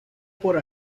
por